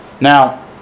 Now